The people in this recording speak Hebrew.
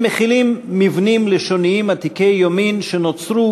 הם מכילים מבנים לשוניים עתיקי יומין שנוצרו